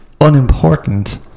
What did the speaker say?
unimportant